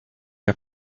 jak